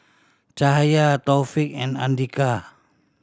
Cahaya Taufik and Andika